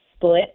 Split